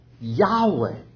Yahweh